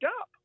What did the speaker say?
up